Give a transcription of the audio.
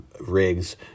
rigs